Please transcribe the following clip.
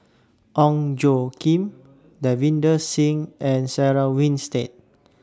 Ong Tjoe Kim Davinder Singh and Sarah Winstedt